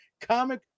comic